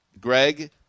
Greg